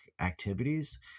activities